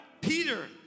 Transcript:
Peter